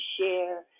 share